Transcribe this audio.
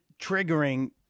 triggering